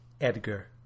Edgar